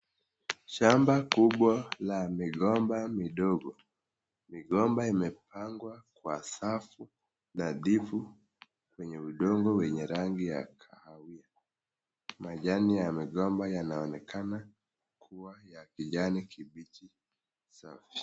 Shamba kubwa ya migomba midogo. Migomba imepandwa kwa safu ladifu kwenye udongo ya rangi ya kahawiya. Majani ya migomba yanaonekana ya kijani kibichi.